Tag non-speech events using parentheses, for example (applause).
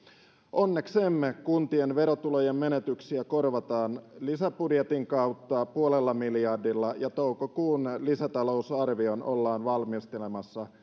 onneksemme kuntien verotulojen menetyksiä korvataan lisäbudjetin kautta puolella miljardilla ja toukokuun lisätalousarvioon ollaan valmistelemassa (unintelligible)